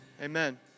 amen